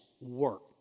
work